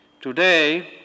Today